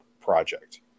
project